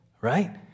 right